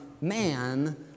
man